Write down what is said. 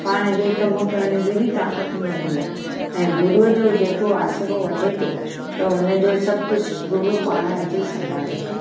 पाण खे कमु करण जी बि ताक़तु मिलंदी आहे ऐं गुरुअ जो जेको आसरो वठे थो त हुन जो सभु कुझु गुरू पाण अची संभाले थो